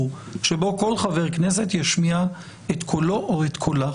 שבו כל חבר כנסת ישמיע את קולו או את קולה.